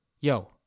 Yo